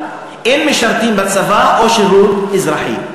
של משרתים בצבא או שירות אזרחי.